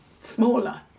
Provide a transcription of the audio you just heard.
smaller